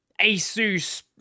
ASUS